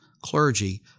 clergy